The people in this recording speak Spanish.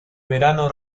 verano